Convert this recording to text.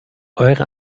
eure